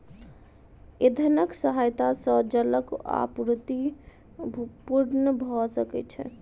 इंधनक सहायता सॅ जलक आपूर्ति पूर्ण भ सकै छै